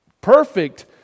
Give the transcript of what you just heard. perfect